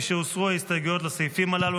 משהוסרו ההסתייגויות לסעיפים הללו,